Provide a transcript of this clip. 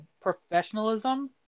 professionalism